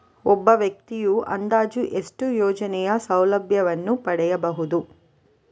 ಒಬ್ಬ ವ್ಯಕ್ತಿಯು ಅಂದಾಜು ಎಷ್ಟು ಯೋಜನೆಯ ಸೌಲಭ್ಯವನ್ನು ಪಡೆಯಬಹುದು?